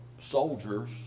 soldiers